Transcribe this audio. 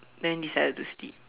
then decided to sleep